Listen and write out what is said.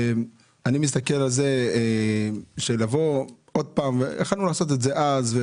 אני מסתכל על זה כך שלבוא עוד פעם כשיכולנו לעשות את זה אז,